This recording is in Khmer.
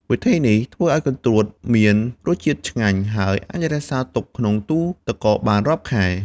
វិធីនេះធ្វើឱ្យកន្ទួតមានរសជាតិឆ្ងាញ់ ហើយអាចរក្សាទុកក្នុងទូទឹកកកបានរាប់ខែ។